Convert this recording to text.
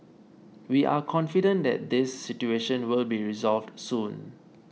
we are confident that this situation will be resolved soon